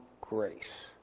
grace